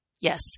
Yes